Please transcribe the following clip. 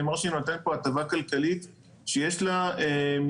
אני אומר שיינתן פה הטבה כלכלית שיש לה משקל,